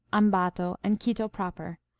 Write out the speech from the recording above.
ambato, and quito proper,